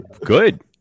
Good